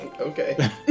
Okay